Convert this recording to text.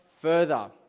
further